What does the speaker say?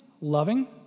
loving